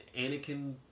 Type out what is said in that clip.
Anakin